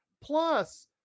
Plus